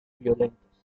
violentos